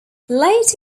late